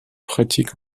pratique